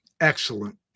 Excellent